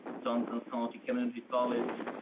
johnson county community college,